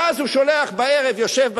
ואז הוא יושב בתחנה,